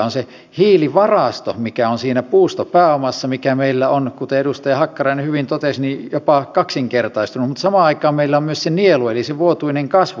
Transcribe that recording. on se hiilivarasto mikä on siinä puustopääomassa mikä meillä on kuten edustaja hakkarainen hyvin totesi jopa kaksinkertaistunut mutta samaan aikaan meillä on myös se nielu eli se vuotuinen kasvukin kaksinkertaistunut